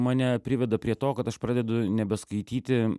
mane priveda prie to kad aš pradedu nebeskaityti